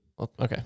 Okay